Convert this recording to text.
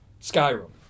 Skyrim